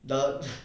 the